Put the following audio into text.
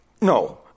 No